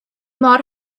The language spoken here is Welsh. mor